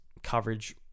Coverage